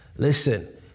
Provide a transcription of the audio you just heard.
Listen